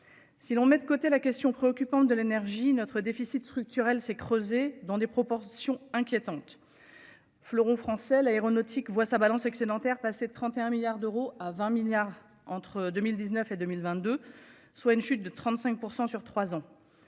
Si l'on met de côté la question préoccupante de l'énergie notre déficit structurel s'est creusé dans des proportions inquiétantes. Fleuron français l'aéronautique vois ça balance excédentaire, passer de 31 milliards d'euros à 20 milliards entre 2019 et 2022, soit une chute de 35% sur 3 ans.